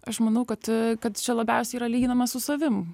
aš manau kad kad čia labiausiai yra lyginama su savim